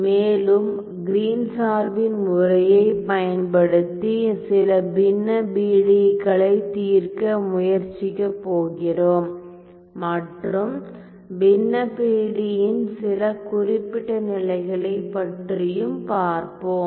மேலும் Green Green's சார்பின் முறையைப் பயன்படுத்தி சில பின்ன பிடியி களைத் தீர்க்க முயற்சிக்கப் போகிறோம் மற்றும் பின்ன பிடியி இன் சில குறிப்பிட்ட நிலைகளைப் பற்றியும் பார்ப்போம்